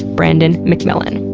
brandon mcmillan.